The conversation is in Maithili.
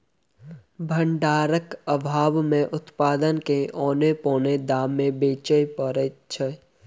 भंडारणक आभाव मे उत्पाद के औने पौने दाम मे बेचय पड़ैत छै